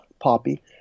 poppy